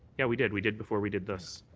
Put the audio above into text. yeah we did. we did before we did this.